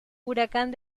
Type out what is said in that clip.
huracán